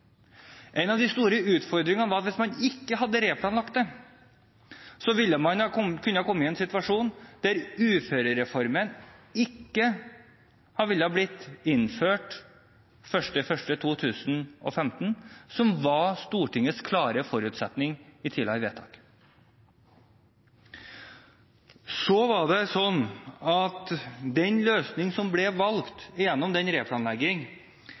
En av de store utfordringene var at hvis man ikke replanla det, kunne man komme i en situasjon der uførereformen ikke ble innført 1. januar 2015, noe som var Stortingets klare forutsetning i tidligere vedtak. Løsningen var at man, gjennom den